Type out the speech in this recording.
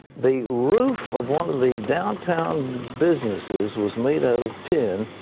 the roof of one of the downtown businesses was made out of tin,